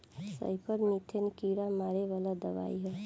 सईपर मीथेन कीड़ा मारे वाला दवाई ह